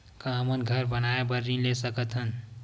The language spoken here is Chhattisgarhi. का हमन घर बनाए बार ऋण ले सकत हन?